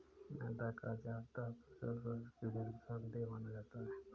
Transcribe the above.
मैदा का ज्यादा प्रयोग स्वास्थ्य के लिए नुकसान देय माना जाता है